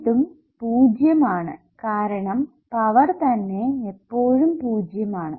ഇതും പൂജ്യം ആണ് കാരണം പവർ തന്നെ എപ്പോഴും പൂജ്യം ആണ്